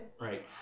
Right